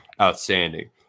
outstanding